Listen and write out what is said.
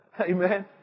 Amen